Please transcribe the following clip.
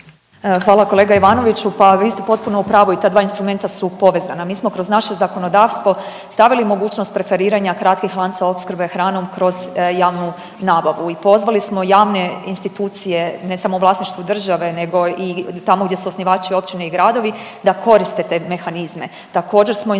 Hvala kolega Ivanoviću. Pa vi ste potpuno u pravu i ta dva instrumenta su povezana. Mi smo kroz naše zakonodavstvo stavili mogućnost preferiranja kratkih lanaca opskrbe hranom kroz javnu nabavu i pozvali smo javne institucije ne samo u vlasništvu države nego i tamo gdje su osnivači općine i gradovi da koriste te mehanizme. Također smo inzistirali